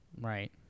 Right